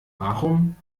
warum